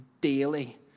daily